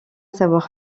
savoir